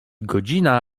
godzina